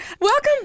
Welcome